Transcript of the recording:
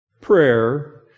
prayer